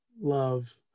love